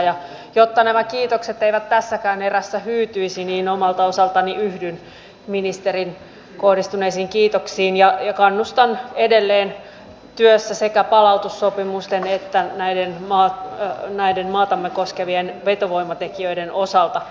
ja jotta nämä kiitokset eivät tässäkään erässä hyytyisi niin omalta osaltani yhdyn ministeriin kohdistuneisiin kiitoksiin ja kannustan edelleen työssä sekä palautussopimusten että näiden maatamme koskevien vetovoimatekijöiden osalta